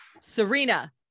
Serena